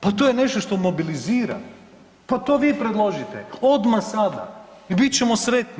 Pa to je nešto što mobilizira, pa to vi predložite, odmah sada i bit ćemo sretni.